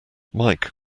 mike